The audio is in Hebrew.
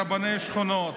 רבני שכונות.